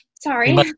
Sorry